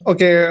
Okay